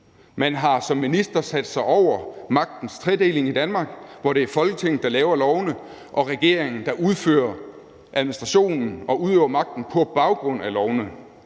Man har som minister sat sig over magtens tredeling i Danmark, hvor det er Folketinget, der laver lovene, og regeringen, der udfører administrationen og udøver magten på baggrund af lovene.